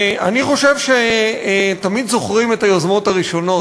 אני חושב שתמיד זוכרים את היוזמות הראשונות,